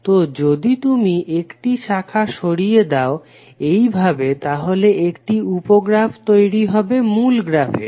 তো যদি তুমি একটি শাখা সরিয়ে দাও এইভাবে তাহলে একটি উপ গ্রাফ তৈরি হবে মূল গ্রাফের